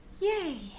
Yay